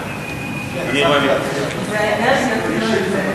(תשלום לבן-זוג של פדוי שבי שהוכר